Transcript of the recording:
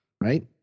Right